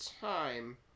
time